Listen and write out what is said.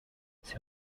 ces